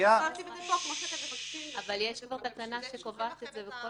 יש כבר תקנה שקובעת את זה.